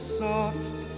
soft